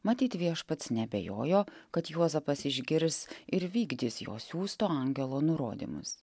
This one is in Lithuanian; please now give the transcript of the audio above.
matyt viešpats neabejojo kad juozapas išgirs ir vykdys jo siųsto angelo nurodymus